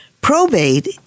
Probate